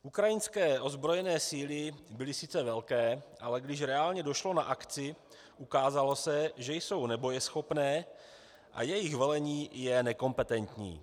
Ukrajinské ozbrojené síly byly sice velké, ale když reálně došlo na akci, ukázalo se, že jsou nebojeschopné a jejich velení je nekompetentní.